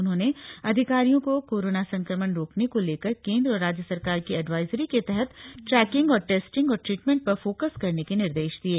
उन्होंने अधिकारियों को कोरोना संक्रमण रोकने को लेकर केंद्र और राज्य सरकार की एडवाइजरी के तहत ट्रैकिंग टेस्टिंग और ट्रीटमेंट पर फोकस करने के निर्देश दिये